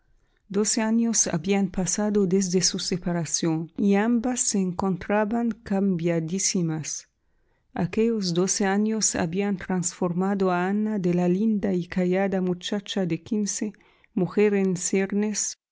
años habían pasado desde su separación y ambas se encontraban cambiadísimas aquellos doce años habían transformado a ana de la linda y callada muchacha de quince mujer en ciernes